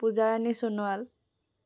Pujarani Sonowal